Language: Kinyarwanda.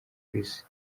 chris